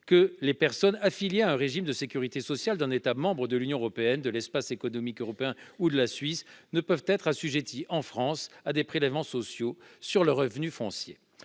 que les personnes affiliées à un régime de sécurité sociale d'un État membre de l'Union européenne, de l'Espace économique européen ou de la Suisse ne peuvent être assujetties en France à des prélèvements sociaux sur leurs revenus fonciers.